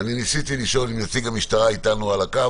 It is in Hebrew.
אני ניסיתי לשאול אם נציג המשטרה אתנו על הקו,